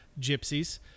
gypsies